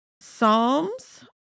Psalms